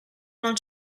non